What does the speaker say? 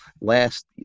Last